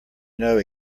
know